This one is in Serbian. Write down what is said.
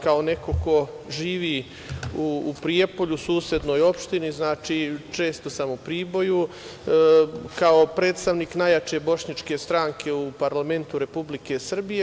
Kao neko ko živi u Prijepolju u susednoj opštini, znači često sam u Priboju, kao predstavnik najjače bošnjačke stranke u parlamentu Republike Srbije.